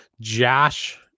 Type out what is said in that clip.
Josh